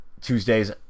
Tuesdays